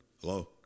hello